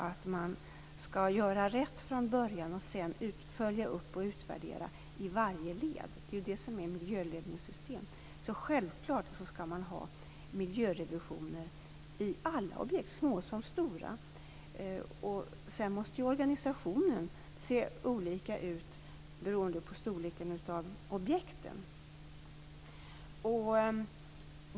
Att göra rätt från början och sedan följa upp och utvärdera varje led är faktiskt vad detta innebär. Det är det som är miljöledningssystem. Självfallet skall man ha miljörevision i alla objekt, små som stora. Organisationen måste se olika ut beroende på objektens storlek.